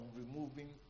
removing